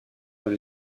dans